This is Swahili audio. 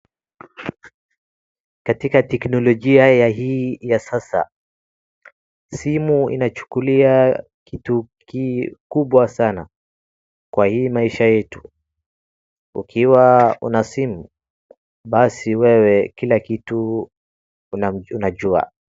Katika teknolojia ya hii ya sasa, simu inachukulia kitu kikubwasana kwa hii maisha yetu, ukiwa una simu basi wewe kila kitu unajua.